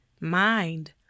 mind